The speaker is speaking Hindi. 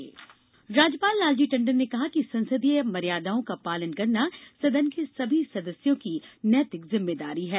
राज्यपाल राज्यपाल लालजी टंडन ने कहा है कि संसदीय मर्यादाओं का पालन करना सदन के सभी सदस्यों की नैतिक जिम्मेदारी है